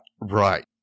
Right